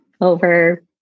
over